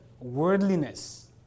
worldliness